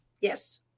Yes